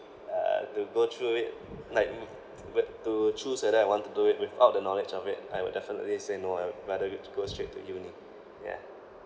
uh to go through it like to choose whether I want to do it without the knowledge of it I would definitely say no I would rather go to go straight to uni yeah